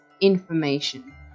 information